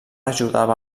ajudava